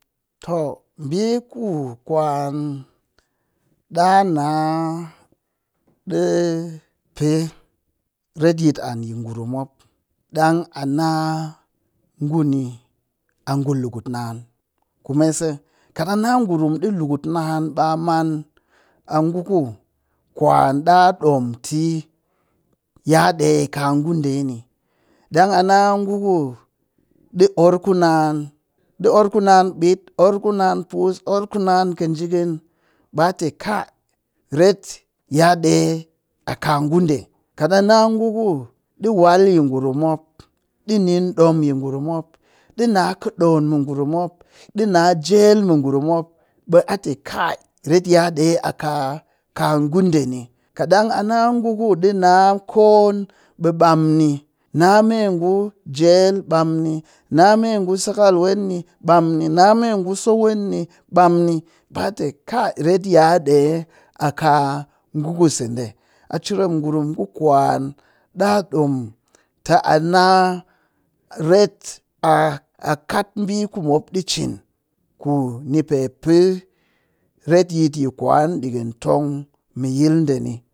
Too ɓii ku kwan ɗa na ɗi pee retyit an yi ngurum mop, ɗang a na nguni a ngu lukut naan kume se, kat a na ngurum ni lukut naan ɓaa man a ngu kwan ɗaa ɗom ti ya ɗe kaa ngu ɗe ni. dang a na ɗi orr naan ɗi orr ku naan ɓit, ɗi orr ku naan puss, ɗi orr ku naan kɨnjiikɨn ɓaa tɨ kai et ya ɗe a ngu ɗe kat a na ngu ɗi wal yi ngurum mop, ɗi ning ɗom yi ngurum mop, ɗi na kɨdoon mɨ ngurrum mop ɗi na jel mɨ ngurum mop, ɓe a tɨ kai et ya ɗe a kaa kaa ngu ɗe ni. kaɗang a na koon ɓe ɓam ni na me ngu jel ɓe ɓam ni na ngu ku sakal wen yini ɓe ɓam ni, na me ngu so wen yi ni ɓam ni ɓaa tɨ kai ret ya ɗee a kaa ngu ku se ɗe, a cereem ngurum ku kwan ɗa ɗom tɨ a na ret a a kat ɓii ku mop ɗi cin ku ni pe pee retyit yi kwan ɗikɨn tong mi yil ɗe ni.